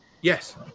Yes